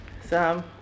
Sam